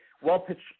well-pitched